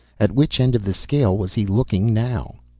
at which end of the scale was he looking now?